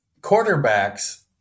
quarterbacks